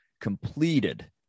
completed